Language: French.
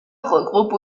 regroupe